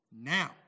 now